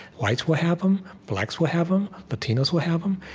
whites will have them. blacks will have them. latinos will have them.